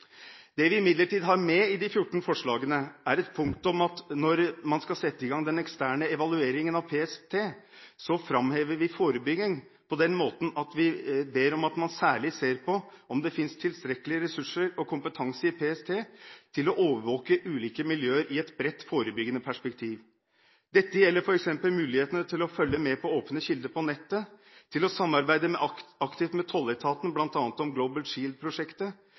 Det vi imidlertid har med i de 14 forslagene til vedtak, er et punkt der vi, når man skal sette i gang den eksterne evalueringen av PST, framhever forebygging på den måten at vi ber om at man særlig ser på om det fins tilstrekkelige ressurser og kompetanse i PST til å overvåke ulike miljøer i et bredt, forebyggende perspektiv. Dette gjelder f.eks. mulighetene til å følge med på åpne kilder på nettet, til å samarbeide aktivt med tolletaten bl.a. om Global